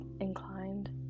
inclined